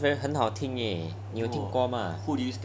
很好听厄你有听过吗